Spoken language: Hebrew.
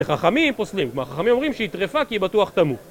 החכמים פוסלים. כלומר החכמים אומרים שהיא טריפה כי היא בטוח תמות